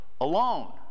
alone